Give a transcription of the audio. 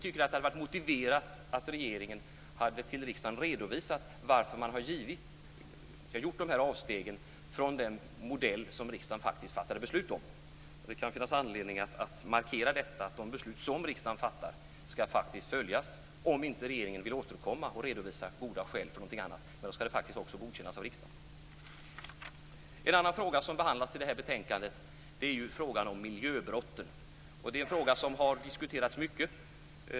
Det hade varit motiverat att regeringen inför riksdagen redovisade varför man har gjort de här avstegen från den modell som riksdagen faktiskt fattade beslut om. Det kan finnas anledning att markera att de beslut som riksdagen fattar skall följas, såvida regeringen inte vill återkomma och redovisa goda skäl för någonting annat, men även detta skall i så fall godkännas av riksdagen. En annan fråga som behandlas i betänkandet är miljöbrotten. Det är en fråga som har diskuterats mycket.